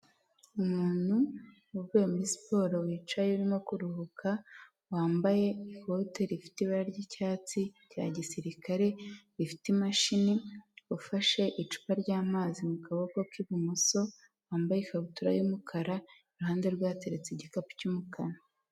Umuntu uvuye muri siporo wicaye urimo kuruhuka, wambaye ikote rifite ibara ry'icyatsi rya gisirikare rifite imashini, ufashe icupa ry'amazi mu kaboko k'ibumoso wambaye ikabutura y'umukara, iruhande rwe hateretse igikapu cy'umukara.